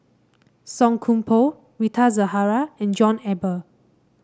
Song Koon Poh Rita Zahara and John Eber